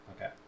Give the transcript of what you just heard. Okay